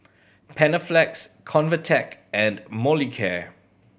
Panaflex Convatec and Molicare